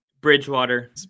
Bridgewater